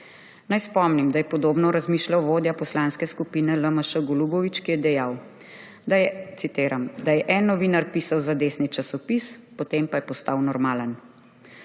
Naj spomnim, da je podobno razmišljal vodja Poslanske skupine LMŠ Golubović, ki je dejal, citiram, da »je en novinar pisal za desni časopis, potem pa je postal normalen«.